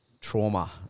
trauma